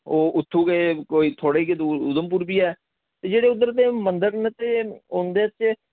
ओह् उत्थुं गै कोई थोह्ड़े गै दूर उधमपुर वी ऐ ते जेह्ड़े उद्दर दे मंदर न ते उंदे ते